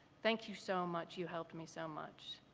thank you so much, you helped me so much.